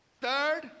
Third